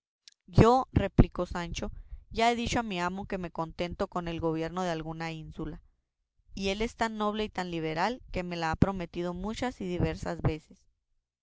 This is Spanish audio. yo replicó sancho ya he dicho a mi amo que me contento con el gobierno de alguna ínsula y él es tan noble y tan liberal que me le ha prometido muchas y diversas veces